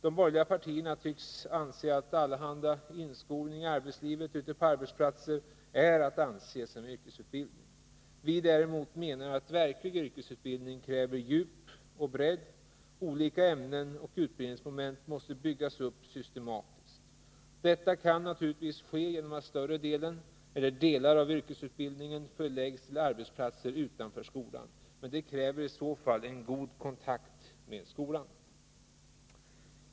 De borgerliga partierna tycks mena att allehanda inskolning i arbetslivet ute på arbetsplatser är att anse som yrkesutbildning. Vi däremot menar att verklig yrkesutbildning kräver djup och bredd; olika ämnen och utbildningsmoment måste byggas upp systematiskt. Detta kan naturligtvis ske genom att större delen, eller delar av yrkesutbildningen förläggs till arbetsplatser utanför skolan, men det kräver i så fall en god kontakt med skolan.